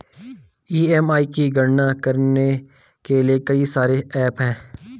EMI की गणना करने के लिए कई सारे एप्प हैं